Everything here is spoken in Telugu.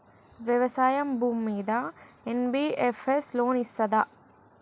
వ్యవసాయం భూమ్మీద ఎన్.బి.ఎఫ్.ఎస్ లోన్ ఇస్తదా?